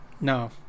No